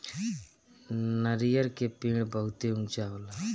नरियर के पेड़ बहुते ऊँचा होला